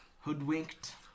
Hoodwinked